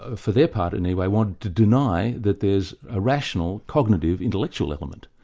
ah for their part anyway, wanted to deny that there's a rational, cognitive, intellectual element.